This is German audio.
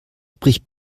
bricht